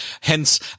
Hence